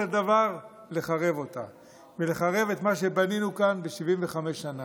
דבר להחריב אותה ולהחריב את מה שבנינו כאן ב-75 שנים.